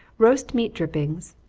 roast meat drippings,